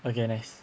okay nice